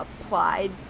applied